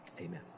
amen